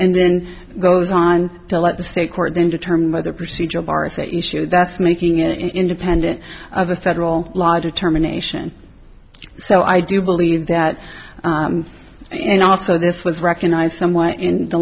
and then goes on to let the state court then determine whether procedural bar is a issue that's making an independent of a federal law determination so i do believe that and also this was recognized somewhat in the